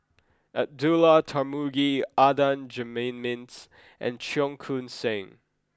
Abdullah Tarmugi Adan Jimenez and Cheong Koon Seng